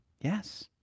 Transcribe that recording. Yes